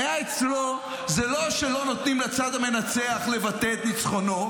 הבעיה אצלו היא לא שלא נותנים לצד המנצח לבטא את ניצחונו,